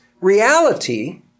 reality